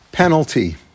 Penalty